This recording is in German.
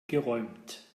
geräumt